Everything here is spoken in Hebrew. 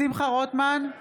שמחה רוטמן,